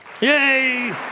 Yay